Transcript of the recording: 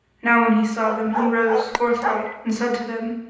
now when he saw them he rose forthright and said to them,